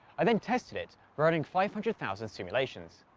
i then tested it running five hundred thousand simulations.